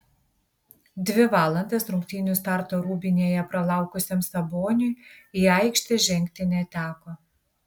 dvi valandas rungtynių starto rūbinėje pralaukusiam saboniui į aikštę žengti neteko